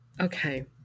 okay